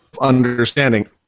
understanding